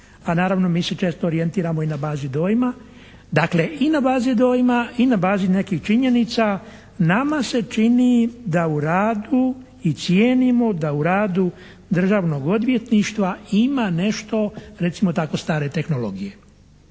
a naravno mi se često orijentiramo i na bazi dojma, dakle i na bazi dojma i na bazi nekih činjenica nama se čini da u radu i cijenimo da u radu Državnog odvjetništva ima nešto recimo tako, stare tehnologije.